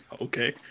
Okay